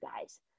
guys